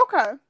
Okay